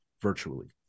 virtually